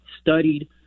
studied